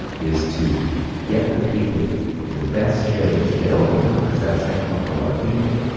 is to get the people the best care that's available now because that's excellent for a lot of people.